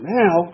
now